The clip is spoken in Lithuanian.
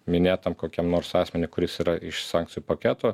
minėtam kokiam nors asmeniui kuris yra iš sankcijų paketo